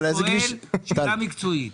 הוא שואל שאלה מקצועית: